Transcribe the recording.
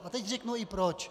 A teď řeknu i proč.